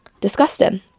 disgusting